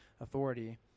authority